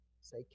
Say